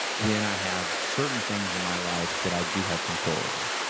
when i have certain things in my life that i do have control over.